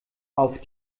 auf